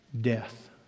death